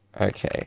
Okay